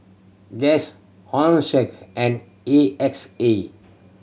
Guess Hosen and A X A